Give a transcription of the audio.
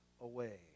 away